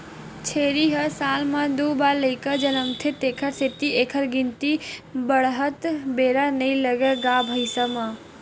छेरी ह साल म दू बार लइका जनमथे तेखर सेती एखर गिनती ह बाड़हत बेरा नइ लागय गा भइया